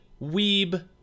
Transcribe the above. weeb